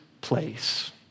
place